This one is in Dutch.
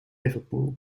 liverpool